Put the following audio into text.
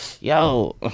yo